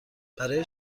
برای